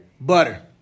Butter